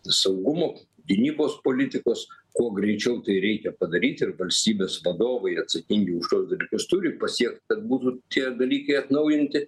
saugumo gynybos politikos kuo greičiau tai reikia padaryti ir valstybės vadovai atsakingi už tuos dalykus turi pasiekti kad būtų tie dalykai atnaujinti